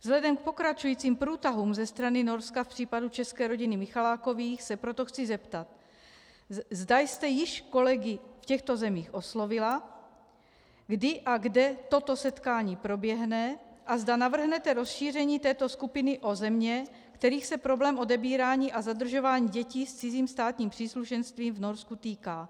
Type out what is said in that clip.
Vzhledem k pokračujícím průtahům ze strany Norska v případu české rodiny Michalákových se proto chci zeptat, zda jste již kolegy v těchto zemích oslovila, kdy a kde toto setkání proběhne a zda navrhnete rozšíření této skupiny o země, kterých se problém odebírání a zadržování dětí s cizím státním příslušenstvím v Norsku týká.